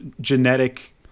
Genetic